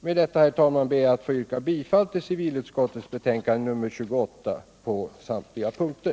Med detta, herr talman, ber jag att få yrka bifall till civilutskottets betänkande nr 28 på samtliga punkter.